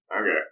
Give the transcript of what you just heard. Okay